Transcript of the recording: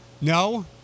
no